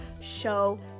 show